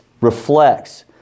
reflects